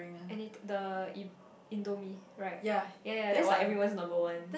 any the indomie right yea yea that's like everyone number one